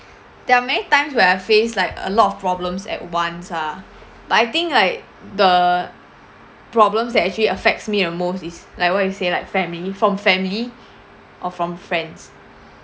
there are many times where I faced like a lot of problems at once lah but I think like the problems that actually affects me the most is like what you say like family from family or from friends